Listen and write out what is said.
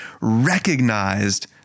recognized